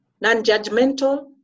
non-judgmental